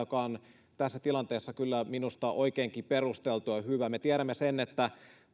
mikä on tässä tilanteessa kyllä minusta oikeinkin perusteltua ja hyvä me tiedämme sen että